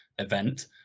event